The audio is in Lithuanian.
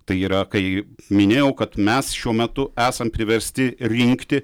tai yra kai minėjau kad mes šiuo metu esam priversti rinkti